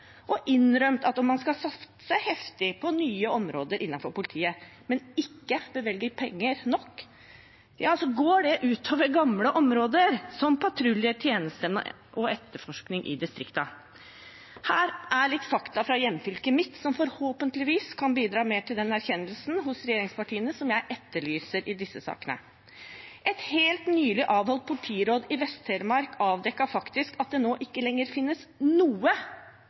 og innrømmet at om man skal satse heftig på nye områder innenfor politiet, men ikke bevilger penger nok, går det ut over gamle områder, som patruljetjeneste og etterforskning i distriktene. Her er noen fakta fra hjemfylket mitt som forhåpentligvis kan bidra mer til den erkjennelsen hos regjeringspartiene som jeg etterlyser i disse sakene: Et helt nylig avholdt politiråd i Vest-Telemark avdekket faktisk at det nå ikke lenger finnes noe